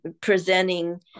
presenting